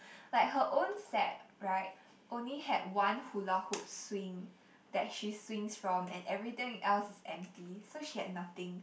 like her own set right only had one hula-hoop swing that she swings from and everything else is empty so she had nothing